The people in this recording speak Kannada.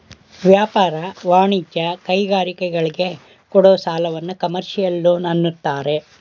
ವ್ಯಾಪಾರ, ವಾಣಿಜ್ಯ, ಕೈಗಾರಿಕೆಗಳಿಗೆ ಕೊಡೋ ಸಾಲವನ್ನು ಕಮರ್ಷಿಯಲ್ ಲೋನ್ ಅಂತಾರೆ